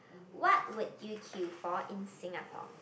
what would you queue for in Singapore